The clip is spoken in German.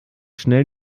schnell